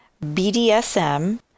BDSM